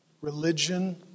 religion